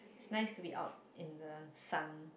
nice to be out in the sun